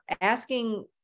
Asking